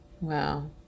Wow